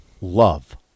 love